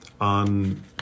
on